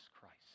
Christ